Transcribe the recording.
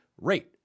rate